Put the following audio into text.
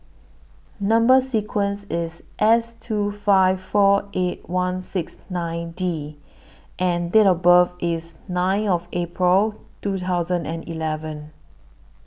Number sequence IS S two five four eight one six nine D and Date of birth IS nine of April two thousand and eleven